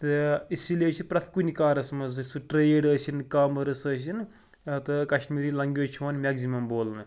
تہٕ اسی لیے چھِ پرٛٮ۪تھ کُنہِ کارَس منٛز أسۍ سُہ ٹرٛیڈ ٲسِن کامٲرٕس ٲسِن تہٕ کَشمیٖری لنٛگویج چھِ یِوان مٮ۪کزِمَم بولنہٕ